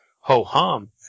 ho-hum